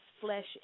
flesh